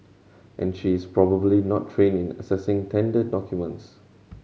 and she is probably not training assessing tender documents